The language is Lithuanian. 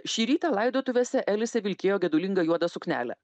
šį rytą laidotuvėse elise vilkėjo gedulingą juodą suknelę